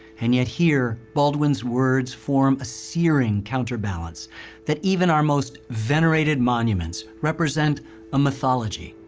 and yet here, baldwin's words form a searing counterbalance that even our most venerated monuments represent a mythology.